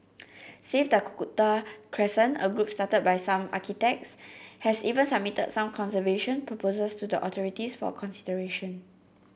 save Dakota Crescent a group started by some architects has even submitted some conservation proposals to the authorities for consideration